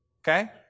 okay